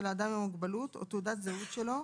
האדם עם המוגבלות או תעודת זהות שלו,